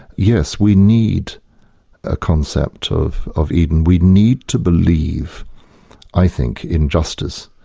yes, we need a concept of of eden, we need to believe i think in justice.